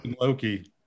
Loki